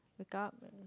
wake up